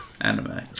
Anime